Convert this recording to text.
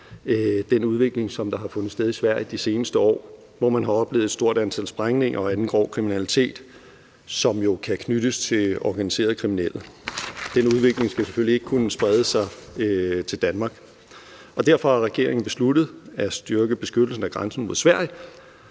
den udvikling, der har fundet sted i Sverige de seneste år, hvor man har oplevet et stort antal sprængninger og anden grov kriminalitet, som kan knyttes til organiserede kriminelle. Den udvikling skal selvfølgelig ikke kunne sprede sig til Danmark, og derfor har regeringen besluttet at styrke beskyttelsen af grænsen mod Sverige